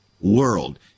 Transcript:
world